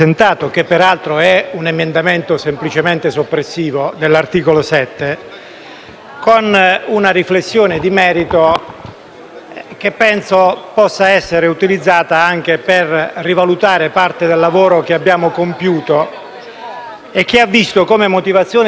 che penso possa essere utilizzata anche per rivalutare parte del lavoro che abbiamo compiuto e che ha visto come motivazione di riferimento in molte delle citazioni fatte dai colleghi che si sono opposti a questa norma il fatto che si tratti di una norma fatta male.